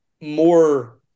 more